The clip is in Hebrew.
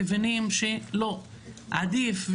מבינים שעדיף,